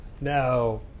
No